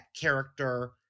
character